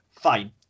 Fine